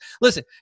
Listen